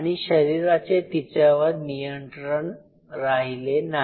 आणि शरीराचे तिच्यावर नियंत्रण राहिले नाही